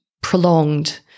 prolonged